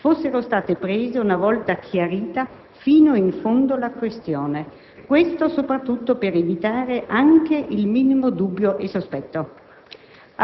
che ha coinvolto il Vice ministro dell'economia e delle finanze e il Comandante generale della Guardia di finanza e per rivolgere un appello al Governo sulla politica fiscale.